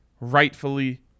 rightfully